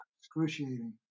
excruciating